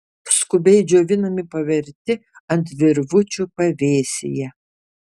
skubiai džiovinami paverti ant virvučių pavėsyje